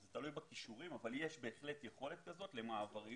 זה תלוי בכישורים אבל בהחלט יש יכולת כזאת למעבריות